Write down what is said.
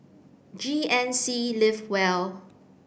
G N C live well